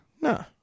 No